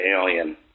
alien